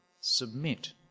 submit